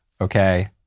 okay